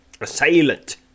Assailant